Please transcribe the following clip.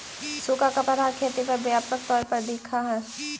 सुखा का प्रभाव खेती पर व्यापक तौर पर दिखअ हई